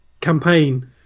campaign